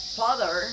father